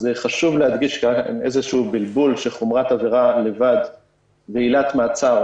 חשוב להדגיש כי היה כאן איזשהו בלבול שחומרת עבירה לבד ועילת מעצר,